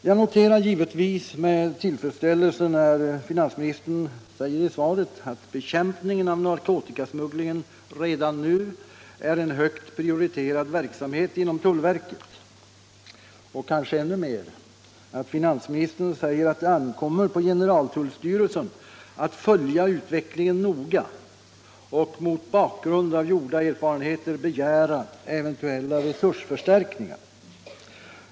Jag noterar givetvis med tillfredsställelse att finansministern i svaret säger att bekämpningen av narkotikasmugglingen redan nu är en högt prioriterad verksamhet inom tullverket och kanske ännu mer att finansministern säger att det ankommer på generaltullstyrelsen att följa utvecklingen noga och mot bakgrund av gjorda erfarenheter begära eventuella resursförstärkningar.